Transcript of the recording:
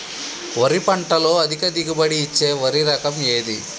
వరి పంట లో అధిక దిగుబడి ఇచ్చే వరి రకం ఏది?